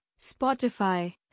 Spotify